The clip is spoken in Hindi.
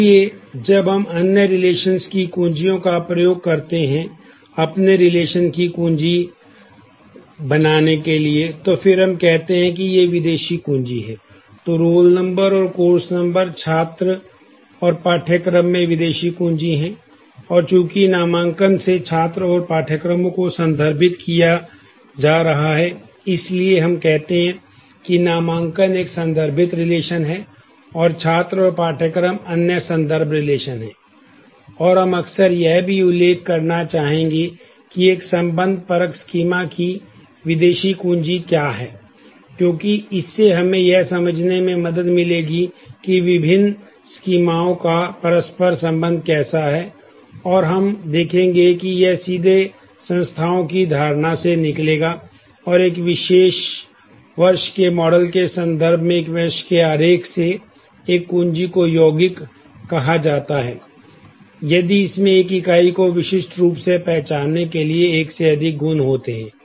इसलिए जब हम अन्य रिलेशंस स्कीमा की विदेशी कुंजी क्या है क्योंकि इससे हमें यह समझने में मदद मिलेगी कि विभिन्न स्कीमाओं का परस्पर संबंध कैसा है और हम देखेंगे कि यह सीधे संस्थाओं की धारणा से निकलेगा और एक वर्ष के मॉडल के संबंध एक वर्ष के आरेख से एक कुंजी को यौगिक कहा जाता है यदि इसमें एक इकाई को विशिष्ट रूप से पहचानने के लिए एक से अधिक गुण होते हैं